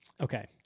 Okay